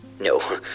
No